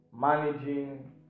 managing